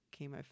chemo